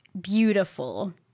beautiful